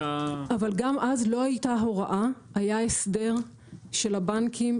אבל גם אז לא הייתה הוראה, היה הסדר של הבנקים.